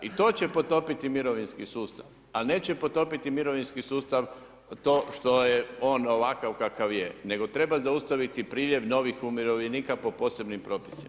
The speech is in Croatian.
I to će potopiti mirovinski sustav ali neće potopiti mirovinski sustav to što je on ovakav kakav je nego treba zaustaviti priljev novih umirovljenika po posebnim propisima.